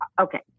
Okay